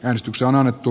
äänestys on annettu